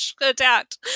attacked